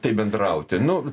taip bendrauti nu